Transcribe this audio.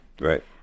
right